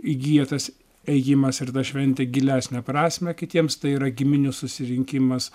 įgyja tas ėjimas ir ta šventė gilesnę prasmę kitiems tai yra giminių susirinkimas